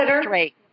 Straight